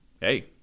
hey